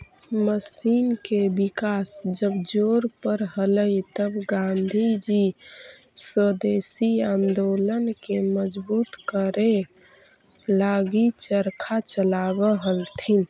machine के विकास जब जोर पर हलई तब गाँधीजी स्वदेशी आंदोलन के मजबूत करे लगी चरखा चलावऽ हलथिन